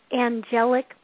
angelic